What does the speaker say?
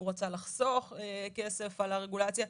הוא רצה לחסוך כסף על הרגולציה,